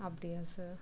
அப்படியா சார்